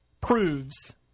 proves